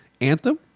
Anthem